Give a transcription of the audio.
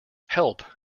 help